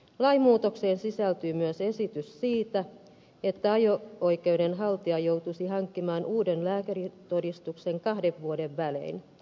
lainmuutokseen sisältyy myös esitys siitä että ajo oikeuden haltija joutuisi hankkimaan uuden lääkärintodistuksen kahden vuoden välein